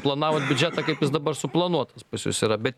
planavot biudžetą kaip jis dabar suplanuotas pas jus yra bet